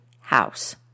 house